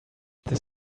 this